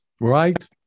right